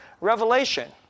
Revelation